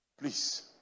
Please